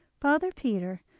father peter,